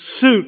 suit